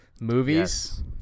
movies